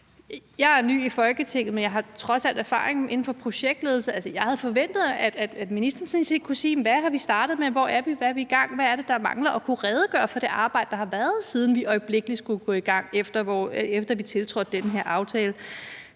jeg er ny i Folketinget, men jeg har trods alt erfaring inden for projektledelse, og jeg havde sådan set forventet, at ministeren kunne sige, hvad vi er startet på, hvor vi er, hvad vi er i gang med, og hvad det er, der mangler, og kunne redegøre for det arbejde, der har været, siden vi øjeblikkelig skulle gå i gang, efter vi tiltrådte den her aftale.